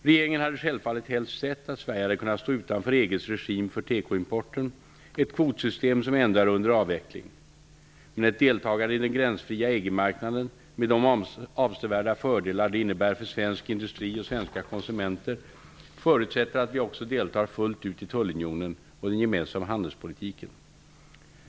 Regeringen hade självfallet helst sett att Sverige hade kunnat stå utanför EG:s regim för tekoimporten -- ett kvotsystem som ändå är under avveckling. Men ett deltagande i den gränsfria EG marknaden med de avsevärda fördelar det innebär för svensk industri och svenska konsumenter förutsätter att vi också deltar fullt ut i tullunionen och den gemensamma handelspolitiken.